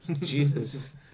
Jesus